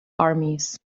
armies